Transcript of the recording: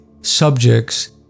subjects